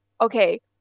okay